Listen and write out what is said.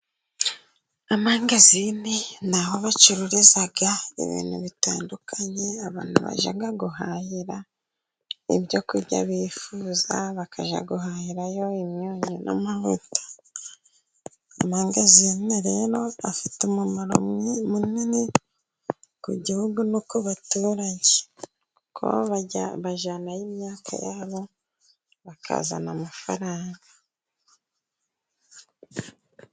Amangazine naho bacururiza ibintu bitandukanye, abantu bajya guhahira ibyo kurya bifuza bakajya guhahirayo, imyunyu n'amavuta, amangazine afite umumaro munini ku gihugu no ku baturage, kuko bajyana yo imyaka yabo bakazana amafaranga.